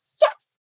yes